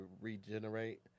regenerate